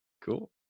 Cool